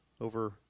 over